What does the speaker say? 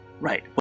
Right